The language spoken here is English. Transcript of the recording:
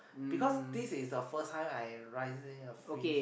because this is the first time I raising a fish